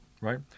right